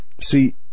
See